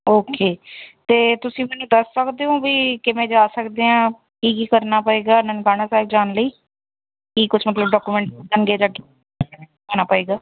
okay ਅਤੇ ਤੁਸੀਂ ਮੈਨੂੰ ਦੱਸ ਸਕਦੇ ਹੋ ਵੀ ਕਿਵੇਂ ਜਾ ਸਕਦੇ ਹਾਂ ਕੀ ਕੀ ਕਰਨਾ ਪਵੇਗਾ ਨਨਕਾਣਾ ਸਾਹਿਬ ਜਾਣ ਲਈ ਕੀ ਕੁਛ ਮਤਲਬ ਡਾਕੂਮੈਂਟ ਪਵੇਗਾ